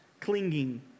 clinging